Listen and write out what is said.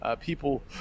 people